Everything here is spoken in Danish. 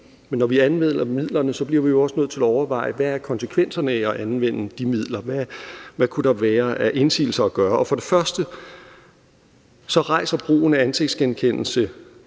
men når vi anvender midlerne, bliver vi også nødt til at overveje, hvad konsekvenserne er af at anvende de midler. Hvad kunne der være af indsigelser at gøre? For det første rejser brugen af ansigtsgenkendelse